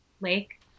lake